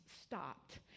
stopped